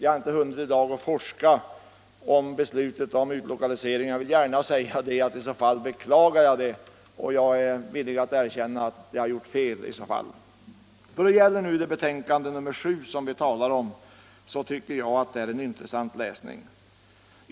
Jag har inte i dag hunnit forska beträffande beslutet om utlokalisering, men jag vill gärna säga att jag beklagar om jag har varit med om att fatta det och är villig att erkänna att jag har gjort fel i så fall. Inrikesutskottets betänkande nr 7, som vi nu talar om, är en intressant läsning.